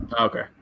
Okay